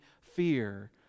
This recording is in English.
fear